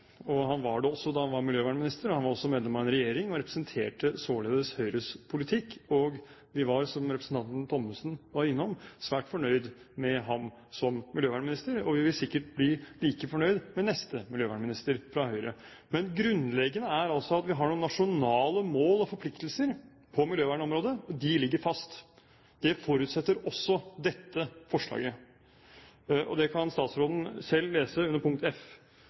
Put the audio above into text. og han var det også da han var miljøvernminister. Han var også medlem av en regjering og representerte således Høyres politikk. Vi var, som representanten Thommessen var innom, svært fornøyd med ham som miljøvernminister, og vi vil sikkert bli like fornøyd med neste miljøvernminister fra Høyre. Men grunnleggende er det at vi har noen nasjonale mål og forpliktelser på miljøvernområdet. De ligger fast. Det forutsetter også dette forslaget, og det kan statsråden selv lese under punkt F: